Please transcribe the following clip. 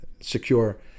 secure